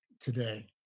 today